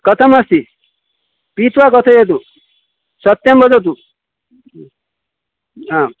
कथमस्ति पीत्वा कथयतु सत्यं वदतु आं